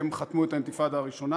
שהם חתמו את האינתיפאדה הראשונה,